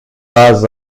pas